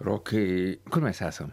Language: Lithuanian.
rokai kur mes esam